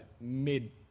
mid